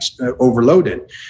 overloaded